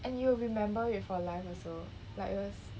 and you will remember it for life also like it will